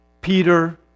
Peter